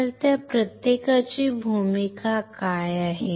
तर त्या प्रत्येकाची भूमिका काय आहे